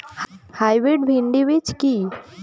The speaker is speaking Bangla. হাইব্রিড ভীন্ডি বীজ কি?